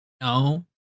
No